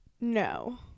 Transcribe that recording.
No